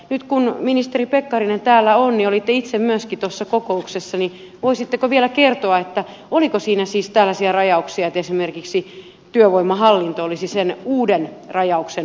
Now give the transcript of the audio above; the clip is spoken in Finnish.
nyt kun ministeri pekkarinen täällä on ja olitte itse myöskin tuossa kokouksessa niin voisitteko vielä kertoa oliko siinä siis tällaisia rajauksia että esimerkiksi työvoimahallinto olisi sen uuden rajauksen ulkopuolella